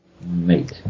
mate